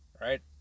Right